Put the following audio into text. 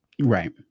right